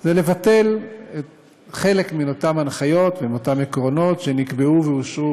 זה לבטל חלק מאותן הנחיות ומאותם עקרונות שנקבעו ואושרו,